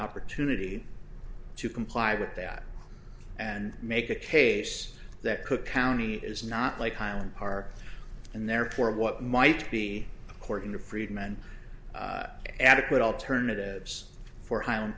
opportunity to comply with that and make a case that cook county is not like highland park and therefore of what might be according to friedman adequate alternatives for highland